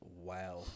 Wow